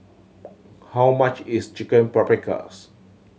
how much is Chicken Paprikas